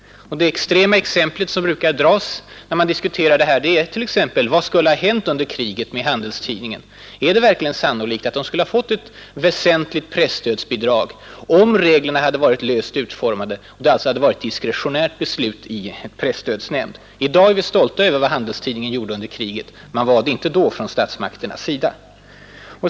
Det extrema exempel som brukar anföras när man diskuterar detta är vad som skulle ha hänt under kriget med Handelstidningen. Är det verkligen sannolikt att den skulle ha fått ett väsentligt presstöd om reglerna hade varit löst utformade och det också hade varit diskretionärt beslut i en sluten presstödsnämnd? I dag är vi stolta över vad Handelstidningen skrev under kriget. Man var det inte då från statsmakternas sida.